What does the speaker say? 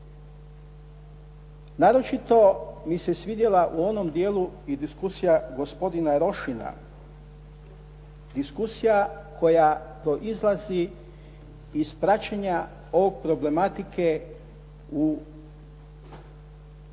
Naročito mi se svidjela u onom dijelu diskusija gospodina Rošina, diskusija koja proizlazi iz praćenja ove problematike u